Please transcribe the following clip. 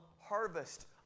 harvest